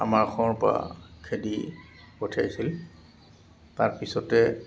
আমাৰ অসমৰ পৰা খেদি পঠিয়াইছিল তাৰপিছতে